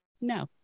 no